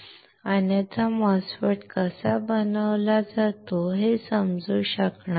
अन्यथा MOSFET कसा बनवला जातो हे समजू शकणार नाही